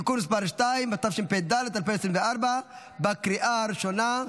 (תיקון מס' 2), התשפ"ד 2024, בקריאה הראשונה.